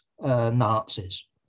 Nazis